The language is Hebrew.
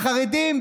החרדים,